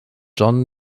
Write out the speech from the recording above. john